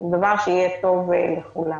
בדבר שיהיה טוב לכולם.